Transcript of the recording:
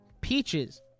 Peaches